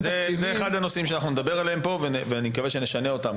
זה אחד הנושאים שנדבר עליהם פה ואני מקווה שנשנה אותו פה.